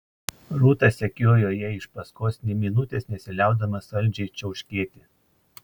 rūta sekiojo jai iš paskos nė minutės nesiliaudama saldžiai čiauškėti